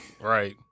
Right